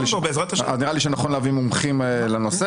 נראה לי שנכון להביא מומחים לנושא,